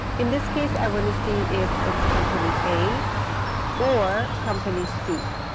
in this case, i want to see if it's company a or company c.